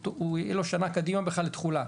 יהיה לו שנה קדימה לתחולה,